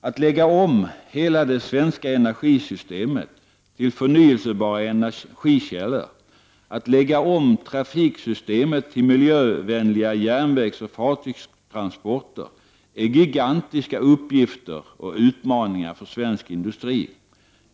Att lägga om hela det svenska energisystemet till förnyelsebara energikällor, att lägga om trafiksystemet till miljövänliga järnvägsoch fartygstransporter, är gigantiska uppgifter och utmaningar för svensk industri.